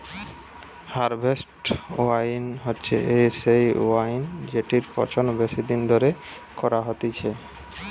harvest wine হচ্ছে সেই wine জেটির পচন বেশি দিন ধরে করা হতিছে